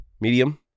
Medium